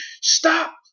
stop